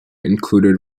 included